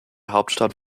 hauptstadt